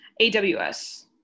AWS